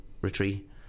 retreat